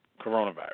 coronavirus